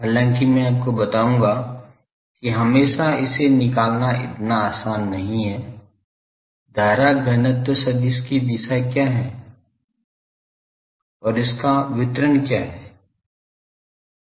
हालांकि मैं आपको बताऊंगा कि हमेशा इसे निकालना इतना आसान नहीं है धारा घनत्व सदिश की दिशा क्या है और इसका वितरण क्या है